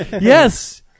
Yes